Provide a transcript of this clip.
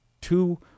Two